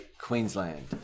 Queensland